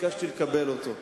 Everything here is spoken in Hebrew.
ביקשתי לקבל אותו.